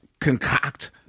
concoct